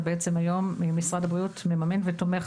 ובעצם היום משרד הבריאות מממן ותומך